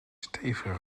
stevige